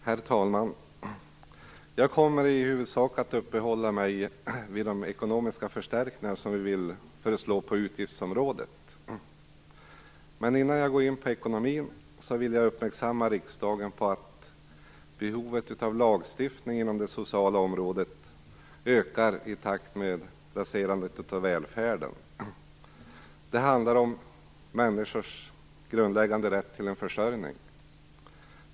Herr talman! Jag kommer i huvudsak att uppehålla mig vid de ekonomiska förstärkningar som vi föreslår på utgiftsområdet. Innan jag går in på ekonomin vill jag dock uppmärksamma riksdagen på att behovet av lagstiftning inom det sociala området ökar i takt med raserandet av välfärden. Det handlar om människors grundläggande rätt till en försörjning.